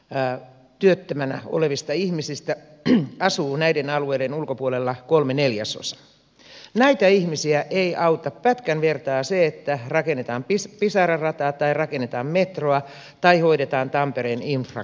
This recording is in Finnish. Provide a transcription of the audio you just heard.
näyt työttömänä olevista ihmisistä asuu ulkopuolella kolme neljäsosaa niin näitä ihmisiä ei auta pätkän vertaa se että rakennetaan pisara rata tai rakennetaan metroa tai hoidetaan tampereen infra kuntoon